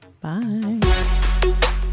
Bye